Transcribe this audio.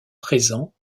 présent